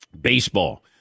Baseball